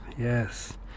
yes